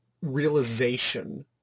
realization